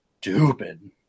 stupid